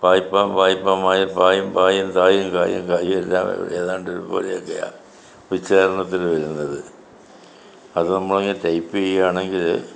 പായും പായും തായും കായും കായും എല്ലാം ഏതാണ്ട് ഒരുപോലെ ഒക്കെയാ ഉച്ചാരണത്തിൽ വരുന്നത് അത് നമ്മൾ അങ്ങനെ റ്റൈപ് ചെയ്യുകയാണെങ്കിൽ